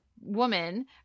woman